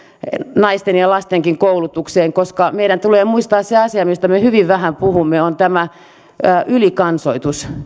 naisten ja lastenkin koulutukseen koska meidän tulee muistaa se asia mistä me me hyvin vähän puhumme tähän ylikansoitukseen